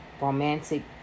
romantic